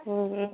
ம் ம்